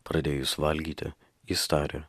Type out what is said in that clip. pradėjus valgyti jis tarė